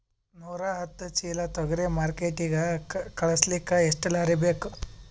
ನೂರಾಹತ್ತ ಚೀಲಾ ತೊಗರಿ ಮಾರ್ಕಿಟಿಗ ಕಳಸಲಿಕ್ಕಿ ಎಷ್ಟ ಲಾರಿ ಬೇಕು?